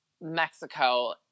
mexico